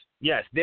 Yes